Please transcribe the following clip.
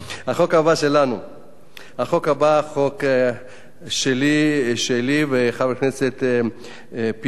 החוק הבא, חוק שלי ושל חבר הכנסת פיניאן,